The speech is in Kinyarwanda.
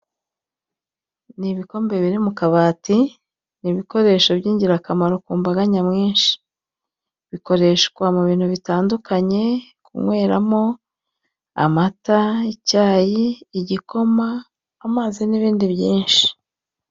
Ni ibikombe biri mu kabati ni ibikoresho by'ingirakamaro ku mbaga nyamwinshi bikoreshwa mu bintu bitandukanye, kunyweramo amata, icyayi, igikoma, amazi n'ibindi byinshi.